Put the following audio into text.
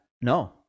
no